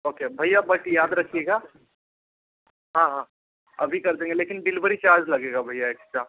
okay भैया but याद रखिएगा हाँ हाँ अभी कर देंगे लेकिन डिलवरी चार्ज लगेगा भैया इसका